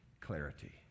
clarity